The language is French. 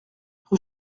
rue